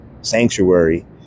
sanctuary